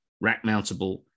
rack-mountable